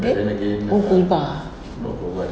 then oo gold bar